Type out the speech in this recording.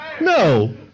No